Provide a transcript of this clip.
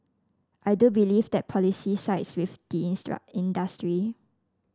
I do believe that the policy sides with the instruct industry